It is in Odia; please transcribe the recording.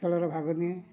ଖେଳରେ ଭାଗନିଏ